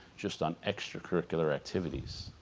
just on extracurricular activities.